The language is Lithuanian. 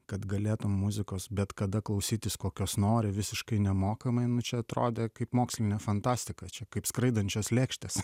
kad galėtum muzikos bet kada klausytis kokios nori visiškai nemokamai nu čia atrodė kaip mokslinė fantastika čia kaip skraidančios lėkštės